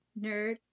nerd